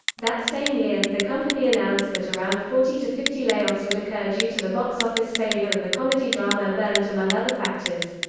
that same year, the company announced that around forty fifty layoffs would occur due to the box office failure of the comedy-drama burnt among other factors.